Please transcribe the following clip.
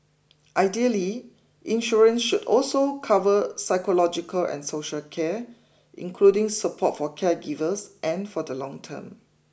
ideally insurance should also cover psychological and social care including support for caregivers and for the long term